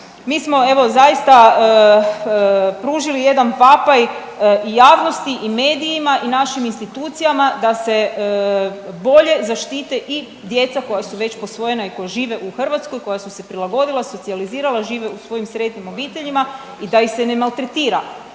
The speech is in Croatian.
Mi smo evo zaista pružili jedan vapaj i javnosti i medijima i našim institucijama da se bolje zaštite i djeca koja su već posvojena i koja žive u Hrvatskoj, koja su se prilagodila, socijalizirala, žive u svojim sretnim obiteljima i da ih se ne maltretira.